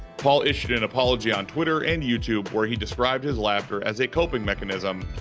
paul issued an apology on twitter and youtube where he described his laughter as a coping mechanism,